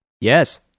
Yes